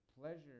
pleasure